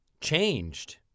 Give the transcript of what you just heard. changed